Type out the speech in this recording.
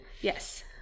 Yes